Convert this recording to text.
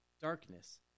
darkness